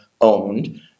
owned